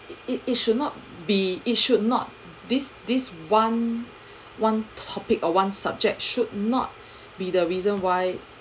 it it it should not be it should not this this one one topic or one subject should not be the reason why